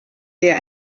der